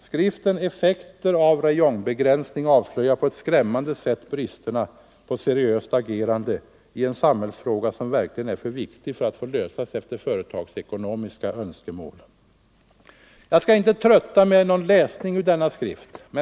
Skriften Effekter av räjongbegränsning avslöjar på ett skrämmande sätt bristerna på ett seriöst agerande i en samhällsfråga som verkligen är för viktig för att få lösas efter snävt företagsekonomiska önskemål. Jag skall inte trötta med någon läsning ur denna skrift.